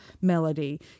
melody